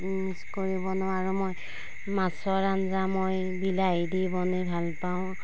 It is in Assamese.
মিক্স কৰি বনাওঁ আৰু মই মাছৰ আঞ্জা মই বিলাহী দি বনায় ভাল পাওঁ